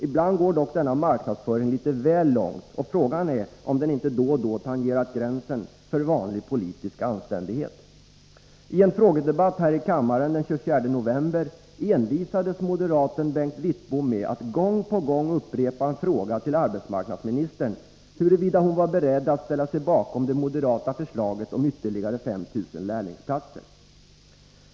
Ibland går dock denna marknadsföring litet väl långt, och frågan är om den inte då och då har tangerat gränsen för vanlig politisk anständighet. I en frågedebatt här i kammaren den 24 november envisades moderaten Bengt Wittbom med att gång på gång upprepa en fråga till arbetsmarknadsministern huruvida hon var beredd att ställa sig bakom det moderata förslaget om ytterligare 5 000 lärlingsplatser.